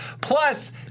plus